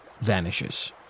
vanishes